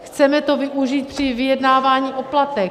Chceme to využít při vyjednávání o platech.